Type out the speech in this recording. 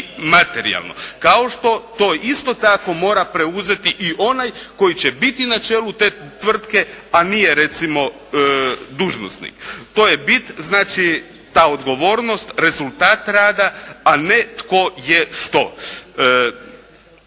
materijalno. Kao što to isto tako mora preuzeti i onaj koji će biti na čelu te tvrtke a nije recimo dužnosnik. To je bit. Znači, ta odgovornost, rezultat rada, a ne tko je što.